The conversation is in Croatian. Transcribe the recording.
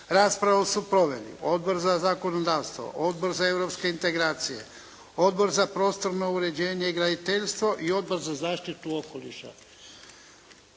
Raspravu su proveli: Odbor za zakonodavstvo, Odbor za europske integracije, Odbor za prostorno uređenje i graditeljstvo i Odbor za zaštitu okoliša.